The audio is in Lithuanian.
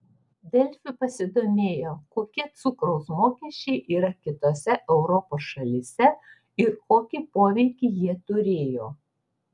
delfi pasidomėjo kokie cukraus mokesčiai yra kitose europos šalyse ir kokį poveikį jie turėjo